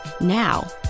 Now